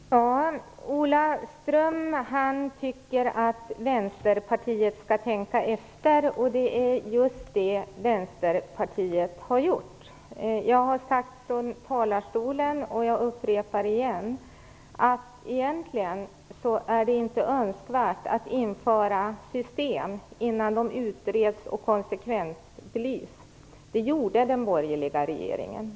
Fru talman! Ola Ström tycker att Vänsterpartiet skall tänka efter, och det är just det Vänsterpartiet har gjort. Jag har sagt från talarstolen och jag upprepar igen att det egentligen inte är önskvärt att införa system innan de utreds och konsekvensbelyses. Det gjorde den borgerliga regeringen.